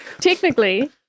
technically